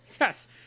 Yes